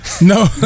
No